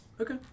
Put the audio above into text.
Okay